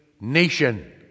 nation